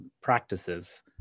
practices